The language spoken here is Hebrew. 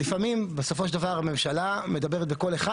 לפעמים בסופו של דבר הממשלה מדברת בקול אחד